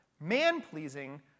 Man-pleasing